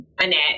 Annette